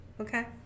Okay